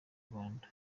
rwanda